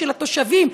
של התושבים,